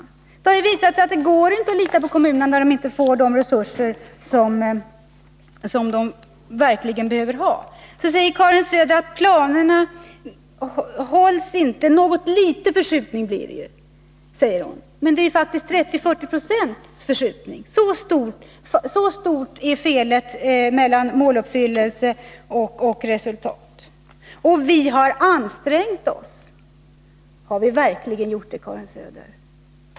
Men det har ju visat sig att det inte går att lita på dem, när de inte får de resurser som de verkligen behöver ha. Planerna hålls inte, utan någon liten förskjutning blir det, säger Karin Söder. Men det är faktiskt fråga om 30-40 70 förskjutning. Så stor är skillnaden mellan det som skulle ha varit måluppfyllelse och resultatet. Vi har ansträngt oss, säger Karin Söder vidare. Men är det verkligen så, Karin Söder?